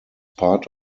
part